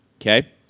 okay